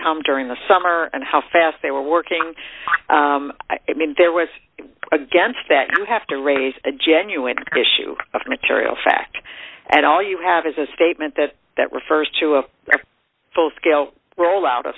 come during the summer and how fast they were working i mean there was against that you have to raise a genuine issue of material fact and all you have is a statement that that refers to a full scale rollout o